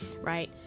right